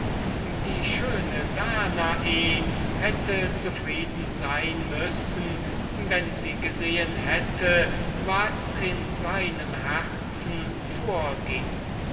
die schöne danae hätte zufrieden sein können wenn sie gesehen hätte was in seinem herzen vorging